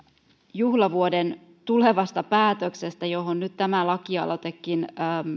juhlavuoden tulevasta päätöksestä johon nyt tämä laki aloitekin